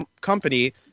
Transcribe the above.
company